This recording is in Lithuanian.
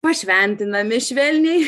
pašventinami švelniai